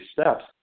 steps